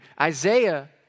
Isaiah